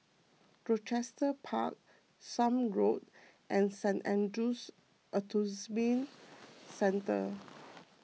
Rochester Park Somme Road and Saint andrew's Autism Centre